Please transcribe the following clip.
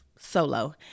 Solo